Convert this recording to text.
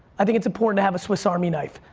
i think it's important to have a swiss army knife.